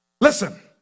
Listen